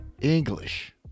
English